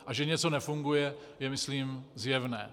A že něco nefunguje, je myslím zjevné.